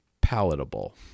palatable